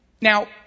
Now